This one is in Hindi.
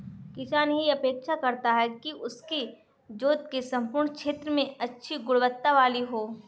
किसान यह अपेक्षा करता है कि उसकी जोत के सम्पूर्ण क्षेत्र में अच्छी गुणवत्ता वाली हो